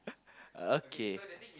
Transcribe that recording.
okay